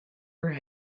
her